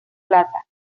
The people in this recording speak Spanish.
plata